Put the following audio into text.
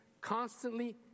constantly